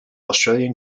australian